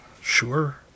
Sure